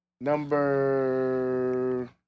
number